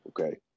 Okay